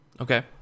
Okay